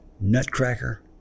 Nutcracker